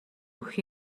өгөх